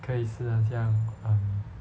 可以是很像 um